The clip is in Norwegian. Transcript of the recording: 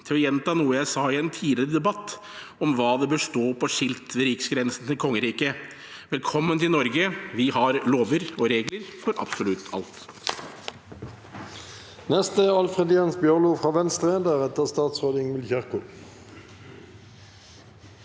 til å gjenta noe jeg sa i en tidligere debatt om hva det bør stå på skilt ved riksgrensen til kongeriket: Velkommen til Norge, vi har lover og regler for absolutt alt.